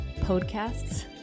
podcasts